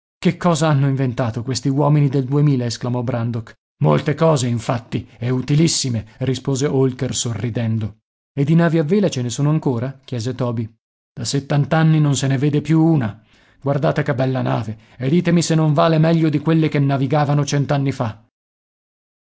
che cosa non hanno inventato questi uomini del duemila esclamò brandok molte cose infatti e utilissime rispose holker sorridendo e di navi a vela ce ne sono ancora chiese toby da settant'anni non se ne vede più una guardate che bella nave e ditemi se non vale meglio di quelle che navigavano cent'anni fa